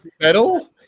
metal